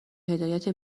هدایت